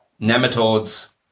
nematodes